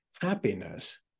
happiness